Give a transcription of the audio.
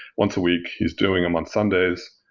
once a week, he's doing them on sundays.